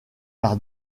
par